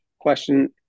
Question